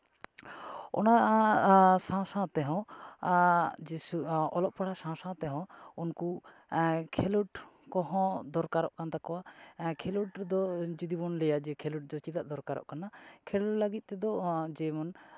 ᱚᱱᱟ ᱥᱟᱶᱼᱥᱟᱶ ᱛᱮᱦᱚᱸ ᱚᱞᱚᱜ ᱯᱟᱲᱦᱟᱣ ᱥᱟᱶᱼᱥᱟᱶ ᱛᱮᱦᱚᱸ ᱩᱱᱠᱩ ᱠᱷᱮᱞᱳᱰ ᱠᱚᱦᱚᱸ ᱫᱚᱨᱠᱟᱨᱚᱜ ᱠᱟᱱ ᱛᱟᱠᱚᱣᱟ ᱠᱷᱮᱞᱳᱰ ᱨᱮᱫᱚ ᱡᱩᱫᱤ ᱵᱚᱱ ᱞᱟᱹᱭᱟ ᱡᱮ ᱠᱷᱮᱞᱳᱰ ᱫᱚ ᱪᱮᱫᱟᱜ ᱫᱚᱨᱠᱟᱨᱚᱜ ᱠᱟᱱᱟ ᱠᱷᱮᱞᱚᱰ ᱞᱟᱹᱜᱤᱫ ᱛᱮᱫᱚ ᱡᱮᱢᱚᱱ